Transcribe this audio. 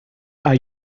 are